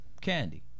candy